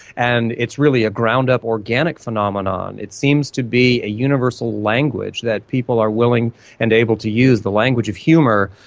and it's really a ground up organic phenomenon. it seems to be a universal language that people are willing and able to use, the language of humour,